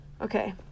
Okay